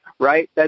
right